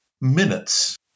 minutes